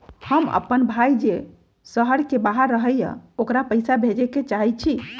हमर अपन भाई जे शहर के बाहर रहई अ ओकरा पइसा भेजे के चाहई छी